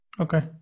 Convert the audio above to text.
Okay